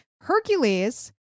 Hercules